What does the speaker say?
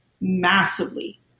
massively